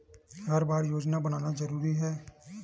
हर बार योजना बनाना जरूरी है?